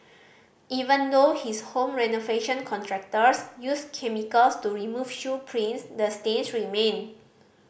even though his home renovation contractors used chemicals to remove shoe prints the stains remained